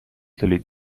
تولید